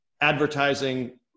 advertising